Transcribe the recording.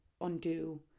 undo